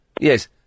Yes